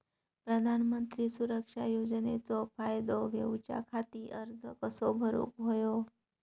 प्रधानमंत्री सुरक्षा योजनेचो फायदो घेऊच्या खाती अर्ज कसो भरुक होयो?